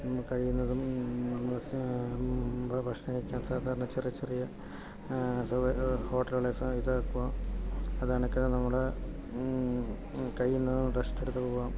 നമ്മൾ കഴിയുന്നതും നമുക്ക് ഭക്ഷണം കഴിക്കാൻ സാധാരണ ചെറിയ ചെറിയ ഹോട്ടലുകൾ ഇത് ഇപ്പോൾ അത് കണക്ക് നമ്മുടെ കഴിയുന്നതും റസ്റ്റെടുത്ത് പോകുക